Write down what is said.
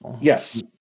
Yes